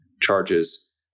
charges